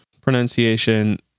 pronunciation